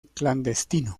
clandestino